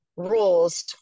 Rules